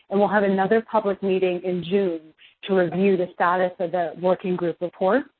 and we'll have another public meeting in june to review the status of the working group report.